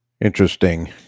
Interesting